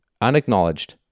unacknowledged